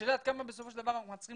השאלה עד כמה בסופו של דבר אנחנו מצליחים